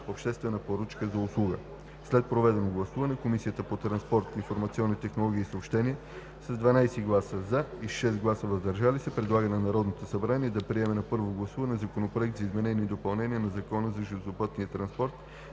обществена поръчка за услуги. След проведеното гласуване Комисията по транспорт, информационни технологии и съобщения с 12 гласа „за“ и 6 гласа „въздържали се“ предлага на Народното събрание да приеме на първо гласуване Законопроект за изменение и допълнение на Закона за железопътния транспорт,